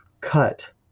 cut